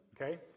okay